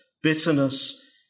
bitterness